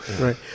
Right